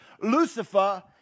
Lucifer